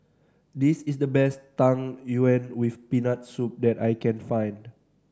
this is the best Tang Yuen with Peanut Soup that I can find